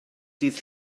dydd